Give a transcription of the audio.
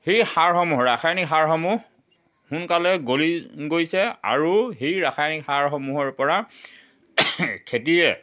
সেই সাৰসমূহ ৰাসায়নিক সাৰসমূহ সোনকালে গলি গৈছে আৰু এই ৰাসায়নিক সাৰসমূহৰ পৰা খেতিয়ে